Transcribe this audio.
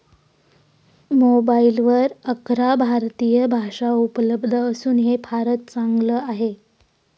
मोबाईलवर अकरा भारतीय भाषा उपलब्ध असून हे फारच चांगल आहे